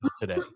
today